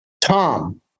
Tom